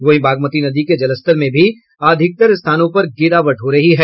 वहीं बागमती नदी के जलस्तर में भी अधिकतर स्थानों पर गिरावट हो रही है